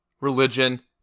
religion